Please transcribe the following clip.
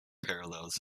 parallels